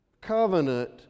Covenant